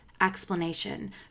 explanation